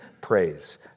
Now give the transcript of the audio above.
praise